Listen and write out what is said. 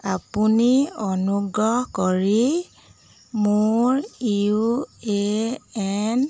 আপুনি অনুগ্ৰহ কৰি মোৰ ইউ এ এন